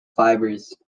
fibres